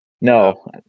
No